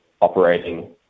operating